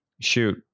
shoot